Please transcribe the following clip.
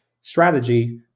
strategy